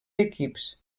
equips